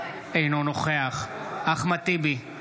אינו נוכח אחמד טיבי,